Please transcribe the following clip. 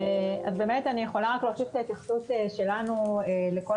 באמת אני יכולה רק להוסיף את ההתייחסות שלנו לכל